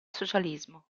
socialismo